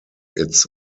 its